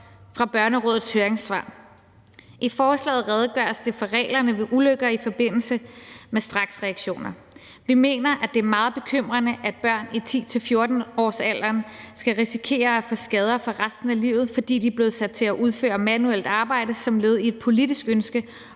fra Børnerådets høringssvar: »I forslaget redegøres der for reglerne ved ulykker i forbindelse med straksreaktioner. Vi mener, det er meget bekymrende, at børn i 10-14-års alderen skal risikere at få skader for resten af livet, fordi de er blevet sat til at udføre manuelt arbejde, som led i et politisk ønske